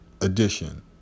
edition